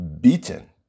Beaten